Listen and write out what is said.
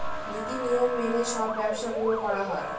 নীতি নিয়ম মেনে সব ব্যবসা গুলো করা হয়